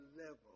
level